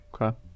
Okay